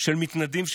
של מתנדבים,